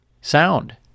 Sound